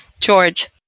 George